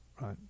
right